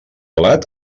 blat